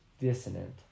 dissonant